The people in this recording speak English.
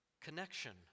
connection